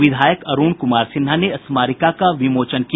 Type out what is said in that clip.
विधायक अरूण कुमार सिन्हा ने स्मारिका का विमोचन किया